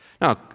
Now